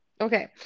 Okay